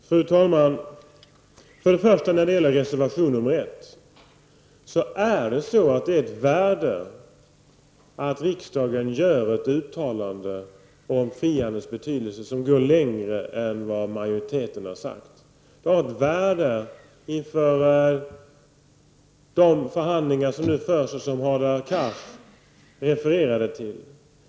Fru talman! När det gäller reservation nr 1 är det så att det är av värde att riksdagen gör ett uttalande om frihandelns betydelse som går längre än majoriteten velat göra. Det har ett värde inför de förhandlingar som nu förs och som Hadar Cars refererade till.